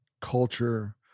culture